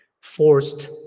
forced